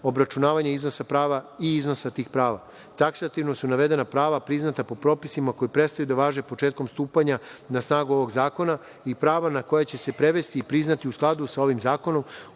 obračunavanja iznosa prava i iznosa tih prava. Taksativno su navedena prava priznata po propisima koji prestaju da važe početkom stupanja na snagu ovog zakona i prava na koja će se prevesti i priznati u skladu sa ovim zakonom